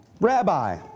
rabbi